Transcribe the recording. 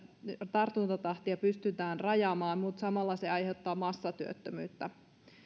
tartuntatahtia pystytään hidastamaan samalla se aiheuttaa massatyöttömyyttä